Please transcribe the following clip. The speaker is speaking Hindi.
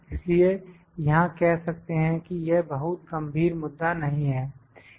इसलिए यहां कह सकते हैं कि यह बहुत गंभीर मुद्दा नहीं है